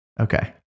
Okay